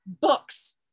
books